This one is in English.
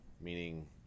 meaning